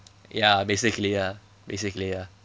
ya basically ya basically ya